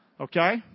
Okay